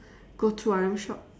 go to R_M shop